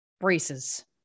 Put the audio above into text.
braces